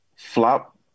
flop